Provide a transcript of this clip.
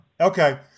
Okay